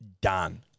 Done